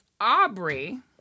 Aubrey